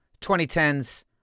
2010s